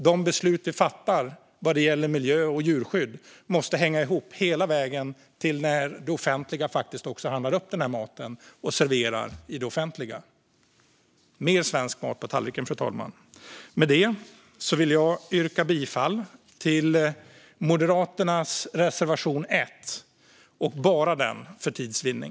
De beslut vi fattar vad gäller miljö och djurskydd måste hänga ihop hela vägen fram till att det offentliga faktiskt handlar upp maten och serverar den i offentlig verksamhet. Mer svensk mat på tallriken, fru talman! Med det yrkar jag bifall till Moderaternas reservation nummer 1 - och bara den, för tids vinning.